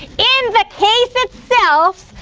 in the case itself,